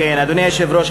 אדוני היושב-ראש,